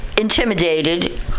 intimidated